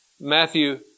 Matthew